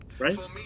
Right